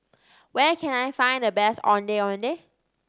where can I find the best Ondeh Ondeh